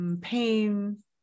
pain